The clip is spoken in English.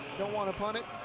don't want to punt it,